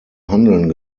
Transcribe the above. handeln